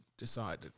Decided